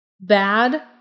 bad